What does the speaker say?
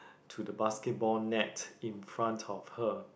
to the basketball net in front of her